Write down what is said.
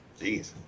Jeez